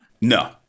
no